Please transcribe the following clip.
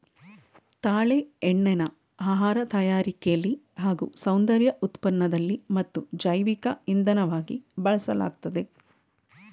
ತಾಳೆ ಎಣ್ಣೆನ ಆಹಾರ ತಯಾರಿಕೆಲಿ ಹಾಗೂ ಸೌಂದರ್ಯ ಉತ್ಪನ್ನದಲ್ಲಿ ಮತ್ತು ಜೈವಿಕ ಇಂಧನವಾಗಿ ಬಳಸಲಾಗ್ತದೆ